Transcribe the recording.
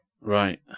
Right